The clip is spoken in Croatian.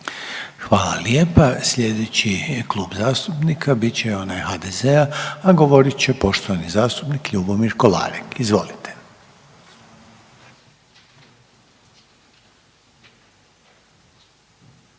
Hvala lijepa. Slijedeći Klub zastupnika bit će onaj HDZ-a, a govorit će poštovani zastupnik Ljubomir Kolarek, izvolite.